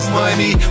money